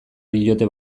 diote